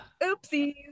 Oopsies